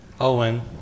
owen